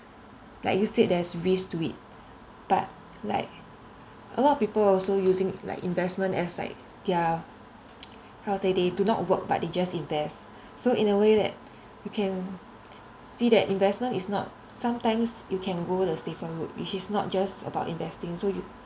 like you said there's risk to it but like a lot of people also using like investment as like their how to say they do not work but they just invest so in a way that you can see that investment is not sometimes you can go the safer route which is not just about investing so you